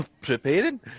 preparing